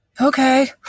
okay